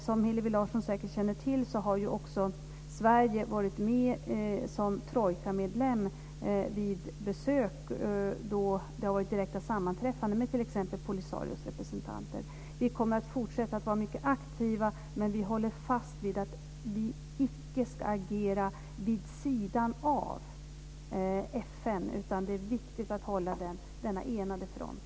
Som Hillevi Larsson säkert känner till har också Sverige varit med som trojkamedlem vid besök då det har varit direkta sammanträffanden med t.ex. Polisarios representanter. Vi kommer att fortsatt vara mycket aktiva men håller fast vid att vi icke ska agera vid sidan av FN, utan det är viktigt att hålla denna enade front.